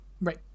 Right